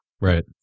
Right